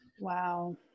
Wow